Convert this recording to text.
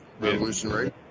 Revolutionary